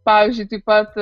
pavyzdžiui taip pat